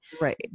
Right